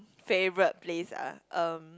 favourite place ah um